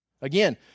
Again